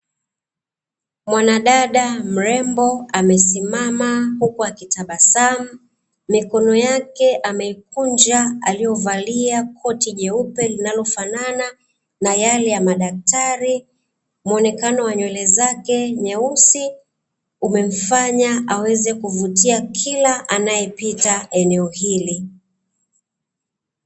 Mwanadada mrembo, amesimama huku akitabasamu, mikono yake ameikunja aliyovalia koti jeupe linalofanana na yale ya madaktari. Muonekano wa nywele zake nyeusi umemfanya aweze kuvutia kila anayepita eneo hili.